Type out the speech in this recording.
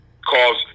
Cause